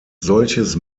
solches